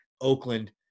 Oakland